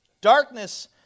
Darkness